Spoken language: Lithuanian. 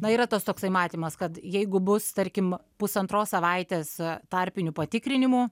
na yra tas toksai matymas kad jeigu bus tarkim pusantros savaitės tarpinių patikrinimų